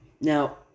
Now